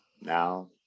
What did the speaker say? Now